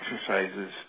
exercises